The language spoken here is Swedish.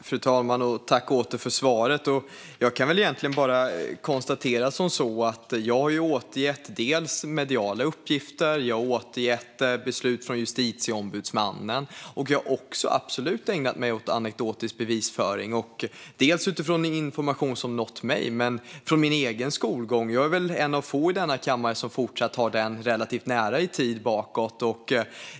Fru talman! Jag tackar åter statsrådet för svaret. Jag kan egentligen bara konstatera att jag har återgett mediala uppgifter och beslut från Justitieombudsmannen. Jag har absolut också ägnat mig åt anekdotisk bevisföring, både utifrån information som nått mig och utifrån min egen skolgång - jag är väl en av få i denna kammare som fortfarande har denna relativt nära i tid.